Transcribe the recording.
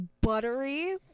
buttery